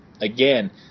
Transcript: Again